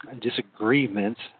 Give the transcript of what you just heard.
disagreements